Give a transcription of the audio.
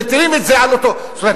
זאת אומרת,